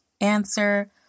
Answer